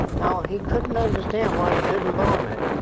now, he couldn't understand why he shouldn't bomb it.